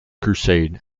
crusade